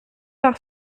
par